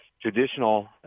traditional